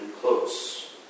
close